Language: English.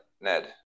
Ned